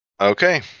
Okay